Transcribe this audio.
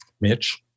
Mitch